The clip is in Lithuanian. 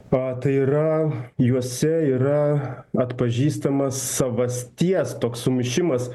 pa tai yra juose yra atpažįstamas savasties toks sumišimas